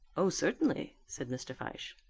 oh, certainly, said mr. fyshe.